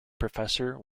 professor